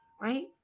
right